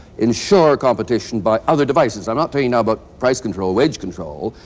insure competition by other devices? i'm not talking now about price control, wage control,